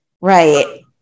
Right